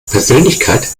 persönlichkeit